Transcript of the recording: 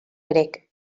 grec